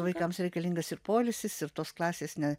vaikams reikalingas ir poilsis ir tos klasės ne